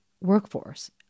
workforce